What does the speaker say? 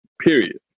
Period